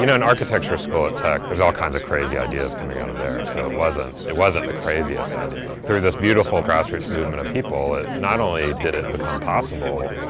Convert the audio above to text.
you know an architecture school at tech there's all kinds of crazy ideas coming out of there. so it wasn't it wasn't the craziest idea. through this beautiful grassroots movement of people, not only did it become possible,